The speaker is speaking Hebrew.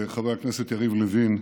יריב לוין,